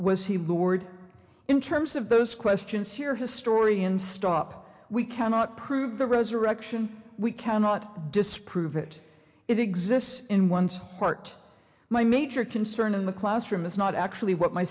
was he lured in terms of those questions here historians stop we cannot prove the resurrection we cannot disprove it it exists in one's heart my major concern in the classroom is not actually what my